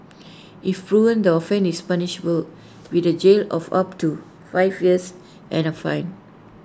if proven the offence is punishable with jail of up to five years and A fine